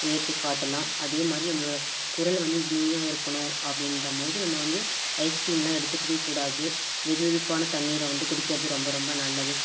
உயர்த்திக்காட்டலாம் அதே மாதிரி நம்மளோட குரல் வந்து இனிமையாக இருக்கணும் அப்படின்றமோது நம்ம வந்து ஐஸ் க்ரீம்லாம் எடுத்துக்கவே கூடாது வெது வெதுப்பான தண்ணீரை வந்து குடிக்கிறது ரொம்ப ரொம்ப நல்லது